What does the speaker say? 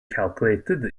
calculated